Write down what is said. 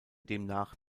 demnach